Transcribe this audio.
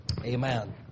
Amen